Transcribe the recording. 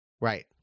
Right